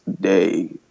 day